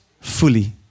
fully